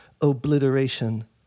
Obliteration